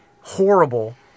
horrible